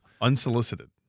Unsolicited